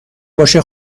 باشه